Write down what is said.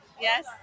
Yes